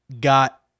got